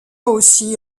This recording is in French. aussi